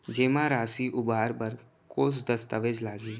जेमा राशि उबार बर कोस दस्तावेज़ लागही?